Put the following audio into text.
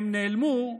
הם נעלמו,